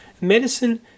medicine